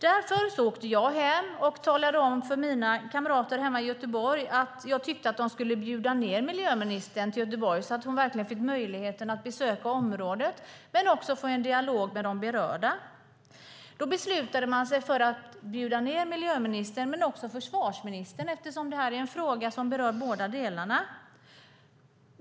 Därför åkte jag hem och talade om för mina kamrater hemma i Göteborg att jag tyckte att de skulle bjuda ned miljöministern till Göteborg, så att hon verkligen fick möjlighet att besöka området och också få en dialog med de berörda. De beslutade sig för att bjuda ned miljöministern och också försvarsministern, eftersom frågan berör båda departementen.